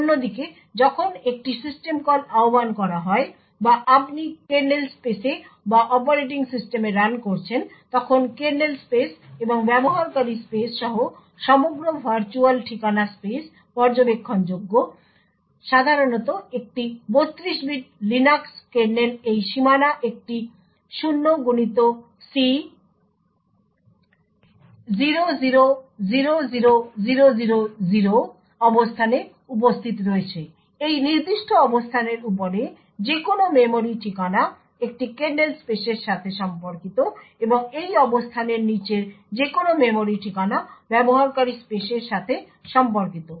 অন্যদিকে যখন একটি সিস্টেম কল আহ্বান করা হয় বা আপনি কার্নেল স্পেসে বা অপারেটিং সিস্টেমে রান করছেন তখন কার্নেল স্পেস এবং ব্যবহারকারী স্পেস সহ সমগ্র ভার্চুয়াল ঠিকানা স্পেস পর্যবেক্ষণযোগ্য সাধারণত একটি 32 বিট লিনাক্স কার্নেলে এই সীমানা একটি 0xC0000000 অবস্থানে উপস্থিত রয়েছে এই নির্দিষ্ট অবস্থানের উপরে যে কোনও মেমরি ঠিকানা একটি কার্নেল স্পেসের সাথে সম্পর্কিত এবং এই অবস্থানের নীচের যে কোনও মেমরি ঠিকানা ব্যবহারকারীর স্পেসের সাথে সম্পর্কিত